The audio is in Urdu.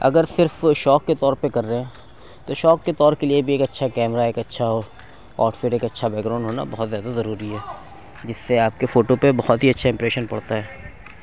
اگر صرف شوق کے طور پہ کر رہے ہیں تو شوق کے طور کے لیے بھی ایک اچھا كیمرا ایک اچھا آؤ آؤٹ فٹ ایک اچھا بیک گراؤنڈ ہونا بہت زیادہ ضروری ہے جس سے آپ کے فوٹو پہ بہت ہی اچھا امپریشن پڑتا ہے